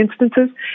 instances